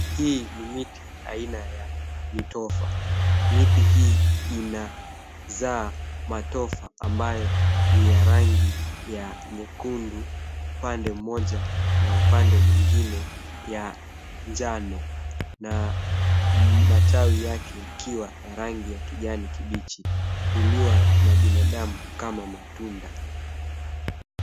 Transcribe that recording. Hii ni miti aina ya mitofa miti hii inazaa matofa ambayo ni ya rangi ya nyekundu pande moja na upande mwingine ya njano, na matawi yake yakiwa ya rangi ya kijani kibichi uliwa na binadamu kama matunda.